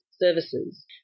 services